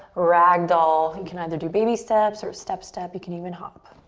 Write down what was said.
ragdoll. you can either do baby steps or step, step. you can even hop.